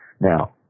now